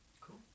Cool